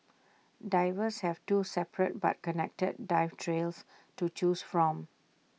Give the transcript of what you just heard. divers have two separate but connected dive trails to choose from